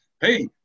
hey